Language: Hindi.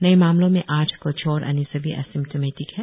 नए मामलों में आठ को छोड़ अन्य सभी एसिम्टिमेटिक है